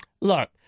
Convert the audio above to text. Look